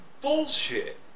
bullshit